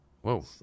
Whoa